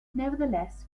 nevertheless